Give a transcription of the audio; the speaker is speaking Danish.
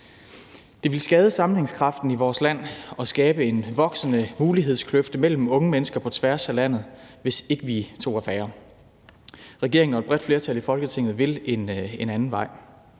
Det ville skade sammenhængskraften i vores land og skabe en voksende mulighedskløft mellem unge mennesker på tværs af landet, hvis ikke vi tog affære. Regeringen og et bredt flertal i Folketinget vil en anden vej.